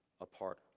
apart